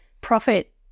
profit